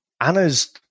Anna's